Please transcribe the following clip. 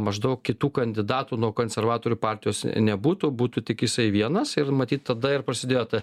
maždaug kitų kandidatų nuo konservatorių partijos nebūtų būtų tik jisai vienas ir matyt tada ir prasidėjo ta